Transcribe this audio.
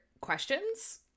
questions